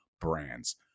brands